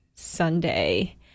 Sunday